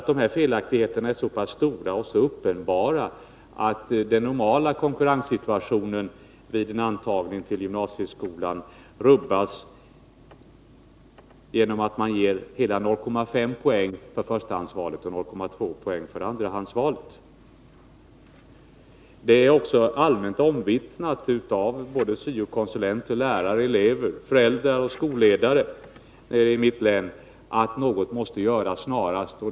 De här felaktigheterna är så pass stora och så uppenbara att den normala konkurrenssituationen vid en intagning till gymnasieskolan rubbas genom att man ger hela 0,5 poäng för förstahandsvalet och 0,2 poäng för andrahandsvalet. Det är också allmänt omvittnat av både syo-konsulenter, lärare, elever, föräldrar och skolledare i mitt län att något måste göras snarast.